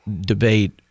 debate